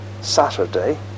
Saturday